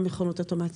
מכונות אוטומטיות.